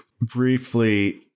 briefly